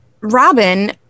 Robin